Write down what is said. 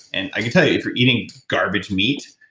and i can tell you, if you're eating garbage meat,